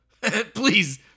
Please